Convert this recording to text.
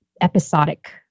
episodic